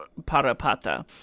Parapata